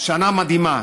שנה מדהימה.